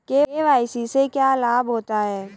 KYC से क्या लाभ होता है?